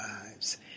lives